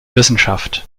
wissenschaft